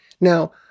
Now